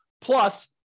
plus